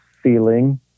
feeling